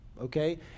okay